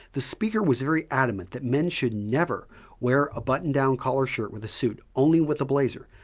the speaker was very adamant that men should never wear a button-down collar shirt with a suit, only with a blazer.